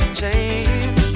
change